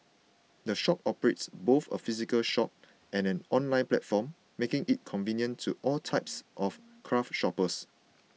the shop operates both a physical shop and an online platform making it convenient to all types of craft shoppers